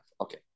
Okay